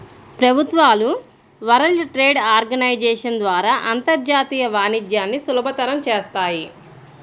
ప్రభుత్వాలు world trade organisation ద్వారా అంతర్జాతీయ వాణిజ్యాన్ని సులభతరం చేత్తాయి